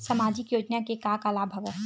सामाजिक योजना के का का लाभ हवय?